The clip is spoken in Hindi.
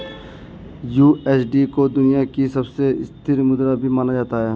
यू.एस.डी को दुनिया की सबसे स्थिर मुद्रा भी माना जाता है